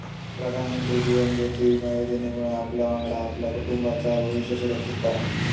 प्रधानमंत्री जीवन ज्योति विमा योजनेमुळे आपल्यावांगडा आपल्या कुटुंबाचाय भविष्य सुरक्षित करा